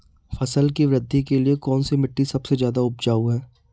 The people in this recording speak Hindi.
फसल की वृद्धि के लिए कौनसी मिट्टी सबसे ज्यादा उपजाऊ है?